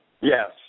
Yes